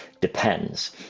depends